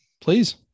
Please